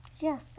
Yes